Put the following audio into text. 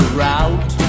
route